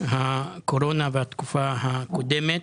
הקורונה ובתקופה הקודמת.